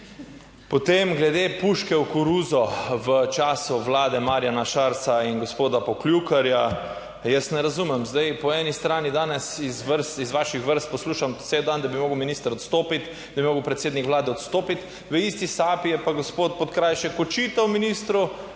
Potem glede puške v koruzo v času vlade Marjana Šarca in gospoda Poklukarja, jaz ne razumem. Zdaj po eni strani danes iz vrst, iz vaših vrst poslušam cel dan, da bi moral minister odstopiti, da bi moral predsednik vlade odstopiti, v isti sapi je pa gospod Podkrajšek očital ministru,